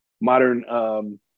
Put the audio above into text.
modern